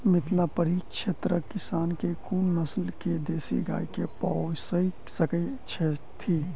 मिथिला परिक्षेत्रक किसान केँ कुन नस्ल केँ देसी गाय केँ पोइस सकैत छैथि?